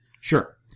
Sure